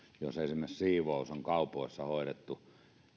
jos esimerkiksi siivous on kaupoissa hoidettu